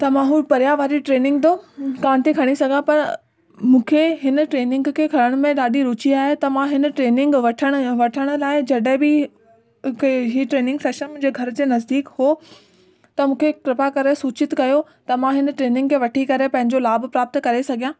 त मां हू परियां वारी ट्रेनिंग त कोन्ह थी खणी सघां पर मूंखे हिन ट्रेनिंग खे खणण में ॾाढी रूची आहे त मां हिन ट्रेनिंग वठण वठण लाइ जॾहिं बि हीअ ट्र्निंग सेशन मुंहिंजे घर जे नजदीक हो त मूंखे कृपा करे सुचित कयो त मां हिन ट्रेनिंग खे वठी करे पंहिंजो लाभ प्राप्त करे सघियां